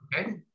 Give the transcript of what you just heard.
Okay